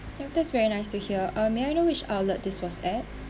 and that's very nice to hear uh may I know which outlet this was at